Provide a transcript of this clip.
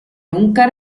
nunca